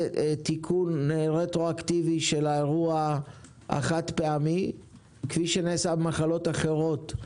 ותיקון רטרואקטיבי של האירוע החד-פעמי כפי שנעשה במחלות אחרות,